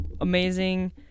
amazing